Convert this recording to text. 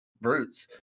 brutes